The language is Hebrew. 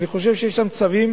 אני חושב שיש צווים